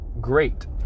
great